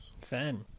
Fan